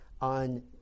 on